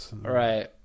right